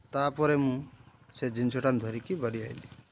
ତା'ପରେ ମୁଁ ସେ ଜିନିଷଟା ଧରିକି ବଢ଼ିଆଇଲି